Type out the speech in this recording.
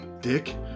dick